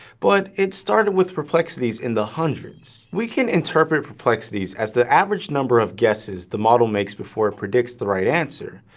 but it started with perplexities in the hundreds! we can interpret perplexity as the average number of guesses the model makes before it predicts the right answer.